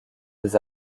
des